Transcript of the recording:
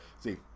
see